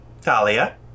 Talia